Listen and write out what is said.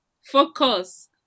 focus